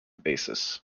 basis